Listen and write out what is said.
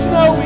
no